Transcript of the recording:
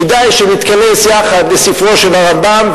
כדאי שנתכנס יחד לספרו של הרמב"ם,